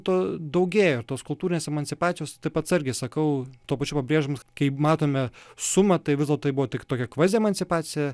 to daugėjo tos kultūrinės emancipacijos taip atsargiai sakau tuo pačiu pabrėždamas kaip matome sumą tai vis dėlto tai buvo tik tokia kvaziemancipacija